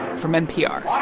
from npr